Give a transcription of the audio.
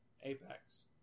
Apex